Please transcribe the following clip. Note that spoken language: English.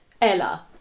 Ella